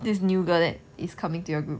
this new girl that is coming to your group